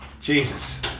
Jesus